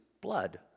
blood